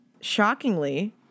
shockingly